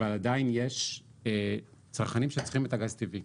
אבל עדיין יש צרכנים שצריכים את הגז הטבעי.